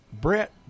Brett